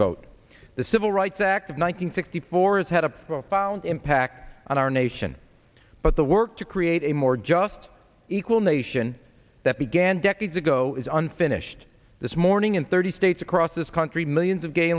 vote the civil rights act of one hundred sixty four has had a profound impact on our nation but the work to create a more just equal nation that began decades ago is unfinished this morning in thirty states across this country millions of gay